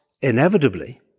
inevitably